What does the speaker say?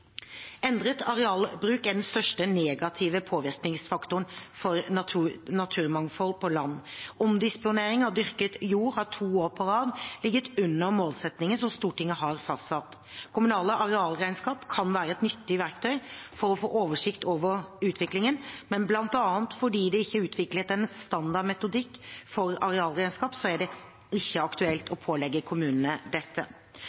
Endret arealbruk er den største negative påvirkningsfaktoren for naturmangfold på land. Omdisponering av dyrket jord har to år på rad ligget under målsettingen som Stortinget har fastsatt. Kommunale arealregnskap kan være et nyttig verktøy for å få oversikt over utviklingen, men bl.a. fordi det ikke er utviklet en standard metodikk for arealregnskap, er det ikke aktuelt å pålegge kommunene dette.